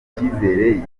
icyizere